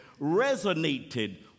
resonated